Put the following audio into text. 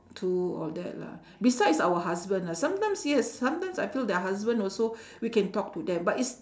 to all that lah besides our husband lah sometimes yes sometimes I feel that husband also we can talk to them but is